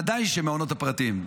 ודאי המעונות הפרטיים,